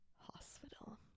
Hospital